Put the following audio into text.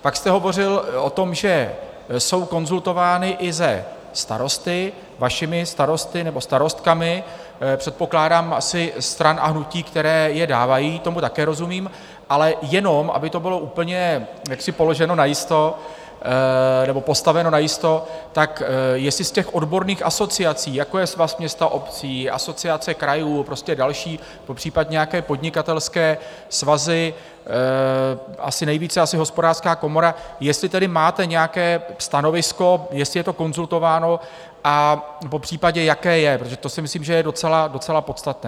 Pak jste hovořil o tom, že jsou konzultovány i se starosty, vašimi starosty nebo starostkami předpokládám asi stran a hnutí, které je dávají, tomu také rozumím, ale jenom, aby to bylo úplně položeno najisto nebo postaveno najisto, tak jestli z odborných asociací, jako je Svaz měst a obcí, Asociace krajů, prostě další, popřípadě nějaké podnikatelské svazy, nejvíce asi Hospodářská komora, jestli tedy máte nějaké stanovisko, jestli je to konzultováno, a popřípadě jaké je, protože to si myslím, že je docela, docela podstatné.